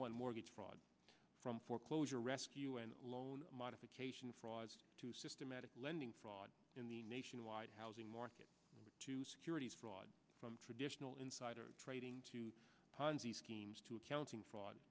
one mortgage fraud from foreclosure rescue and loan modification frauds to systematic lending fraud in the nationwide housing market to securities fraud from traditional insider trading to ponzi schemes to accounting fraud